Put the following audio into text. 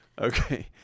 Okay